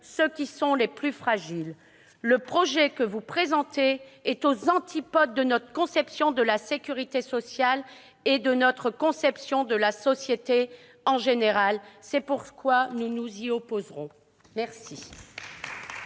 ceux qui sont les plus fragiles. Le projet que vous présentez est aux antipodes de notre conception de la sécurité sociale comme de la société en général, c'est pourquoi nous nous y opposerons ! Merci,